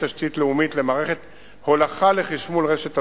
תשתית לאומית למערכת הולכה לחשמול רשת המסילות,